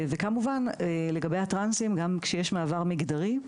כמובן לגבי הטרנסים גם שיש מעבר מגדרי,